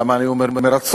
למה אני אומר "מרצון"?